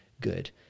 good